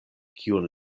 kiun